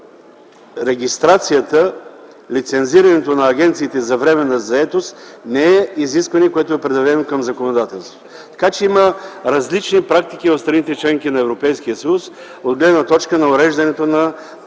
регистрацията, лицензирането на агенциите за временна заетост не е изискване, което е предявено към законодателството. Така че има различни практики в страните – членки на Европейския съюз от гледна точка на регулиране на